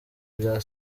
bya